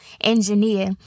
engineer